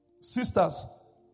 sisters